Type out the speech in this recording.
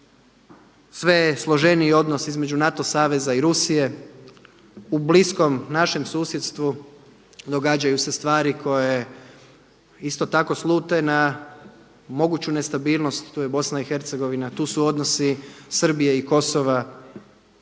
Sve je složeniji odnos između NATO saveza i Rusije. U bliskom našem susjedstvu događaju se stvari koje isto tako slute na moguću nestabilnost. Tu je Bosna i Hercegovina, tu su odnosi Srbije i Kosova.